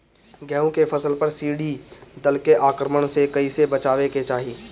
गेहुँ के फसल पर टिड्डी दल के आक्रमण से कईसे बचावे के चाही?